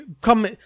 Come